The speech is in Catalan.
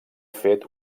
fet